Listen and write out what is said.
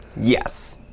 Yes